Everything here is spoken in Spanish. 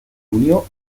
unió